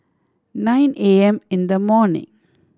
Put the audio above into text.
nine A M in the morning